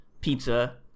pizza